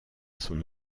son